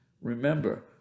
Remember